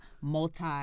multi